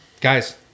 Guys